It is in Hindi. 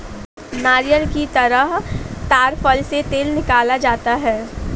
नारियल की तरह ही ताङ फल से तेल निकाला जाता है